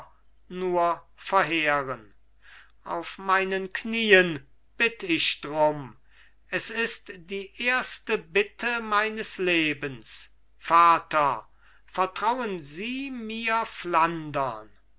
nur verheeren auf meinen knien bitt ich drum es ist die erste bitte meines lebens vater vertrauen sie mir flandern